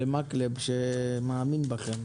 תודה למקלב שמאמין בכם.